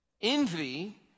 Envy